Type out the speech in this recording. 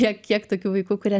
tiek kiek tokių vaikų kurie